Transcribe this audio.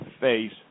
face